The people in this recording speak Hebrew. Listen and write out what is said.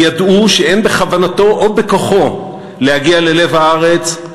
וידעו שאין בכוונתו או בכוחו להגיע ללב הארץ,